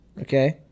Okay